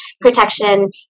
protection